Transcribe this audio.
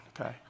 Okay